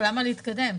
למה להתקדם?